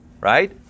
Right